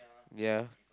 ya